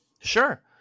Sure